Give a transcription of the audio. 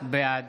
בעד